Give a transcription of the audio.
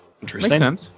Interesting